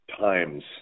times